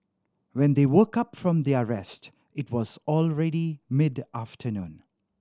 when they woke up from their rest it was already mid afternoon